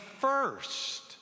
first